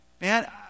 man